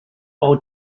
all